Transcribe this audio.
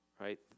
right